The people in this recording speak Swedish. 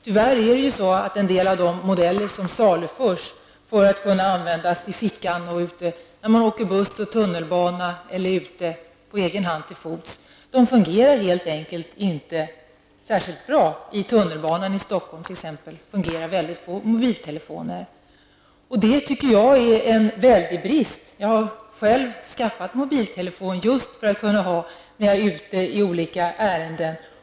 Tyvärr fungerar en del av de modeller som saluförs inte särskilt bra om man vill använda dem när man åker buss eller tunnelbana eller när man är ute till fots på egen hand. Det är t.ex. väldigt få mobiltelefoner som fungerar i tunnelbanan i Jag tycker att detta är en väldig brist. Jag har själv skaffat mobiltelefon just för att kunna ha den med mig när jag är ute i olika ärenden.